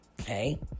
okay